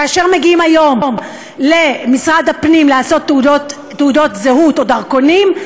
כאשר מגיעים היום למשרד הפנים לעשות תעודות זהות או דרכונים,